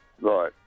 Right